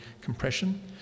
compression